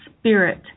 spirit